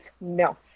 No